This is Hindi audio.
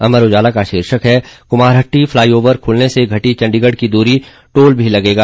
अमर उजाला का शीर्षक है कुमारहट्टी फ्लाईओवर खुलने से घटी चंडीगढ़ की दूरी टोल भी लगेगा